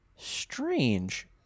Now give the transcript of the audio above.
strange